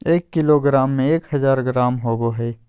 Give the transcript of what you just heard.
एक किलोग्राम में एक हजार ग्राम होबो हइ